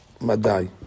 Madai